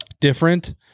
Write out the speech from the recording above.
different